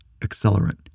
accelerant